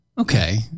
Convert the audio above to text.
Okay